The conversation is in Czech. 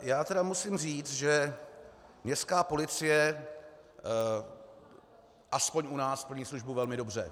Já tedy musím říct, že městská policie aspoň u nás plní službu velmi dobře.